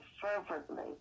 fervently